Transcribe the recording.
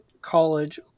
college